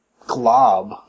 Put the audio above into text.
glob